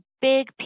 big